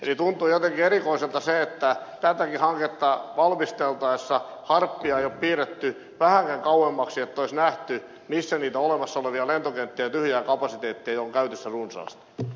eli tuntuu jotenkin erikoiselta se että tätäkin hanketta valmisteltaessa harpilla ei ole piirretty vähänkään kauemmaksi että olisi nähty missä niitä olemassa olevia lentokenttiä ja tyhjää kapasiteettia on runsaasti